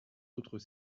autres